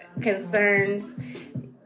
concerns